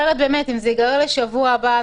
אם זה ייגרר לשבוע הבא,